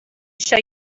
show